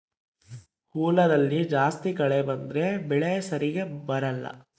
ಹೊಲದಲ್ಲಿ ಜಾಸ್ತಿ ಕಳೆ ಬಂದ್ರೆ ಬೆಳೆ ಸರಿಗ ಬರಲ್ಲ